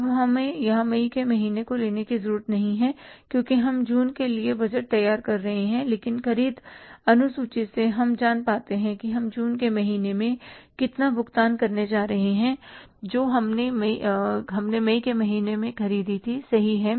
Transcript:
अब हमें यहां मई के महीने को लेने की जरूरत नहीं है क्योंकि हम जून के लिए बजट तैयार कर रहे हैं लेकिन ख़रीद अनुसूची से हम जान पाते हैं कि हम जून के महीने में कितना भुगतान करने जा रहे हैं जो हमने मई के महीने में खरीदी थी सही है ना